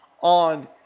on